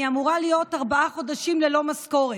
אמורה להיות ארבעה חודשים ללא משכורת.